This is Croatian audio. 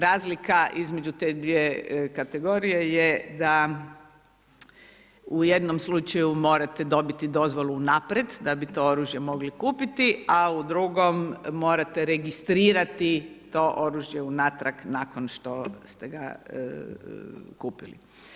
Razlika između te dvije kategorije je da u jednom slučaju morate dobiti dozvolu unaprijed da bi to oružje mogli kupiti, a u drugom morate registrirati to oružje unatrag nakon što ste ga kupili.